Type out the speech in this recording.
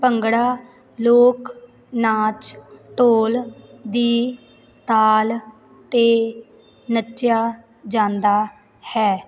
ਭੰਗੜਾ ਲੋਕ ਨਾਚ ਢੋਲ ਦੀ ਤਾਲ 'ਤੇ ਨੱਚਿਆ ਜਾਂਦਾ ਹੈ